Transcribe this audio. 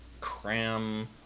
cram